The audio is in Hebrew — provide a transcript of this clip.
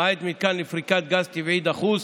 למעט מתקן לפריקת גז טבעי דחוס,